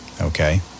Okay